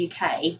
UK